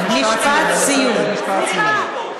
משפט סיום.